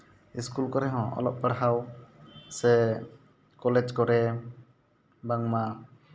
school ᱠᱚᱨᱮ ᱦᱚᱸ ᱚᱞᱚᱜ ᱯᱟᱲᱦᱟᱣ ᱥᱮ ᱠᱚᱞᱮᱡᱽ ᱠᱚᱨᱮ ᱵᱟᱝᱢᱟ